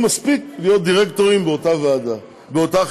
מספיק להיות דירקטורים באותה חברה,